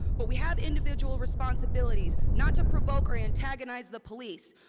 but we have individual responsibilities, not to provoke or antagonize the police.